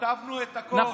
כתבנו את הכול,